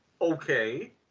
Okay